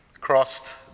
crossed